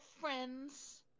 friends